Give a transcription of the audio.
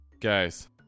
guys